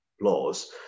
laws